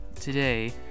today